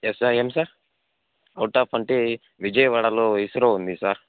yes sir ఏంటి sir out of అంటే విజయవాడలో ఇస్రో ఉంది సార్